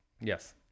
Yes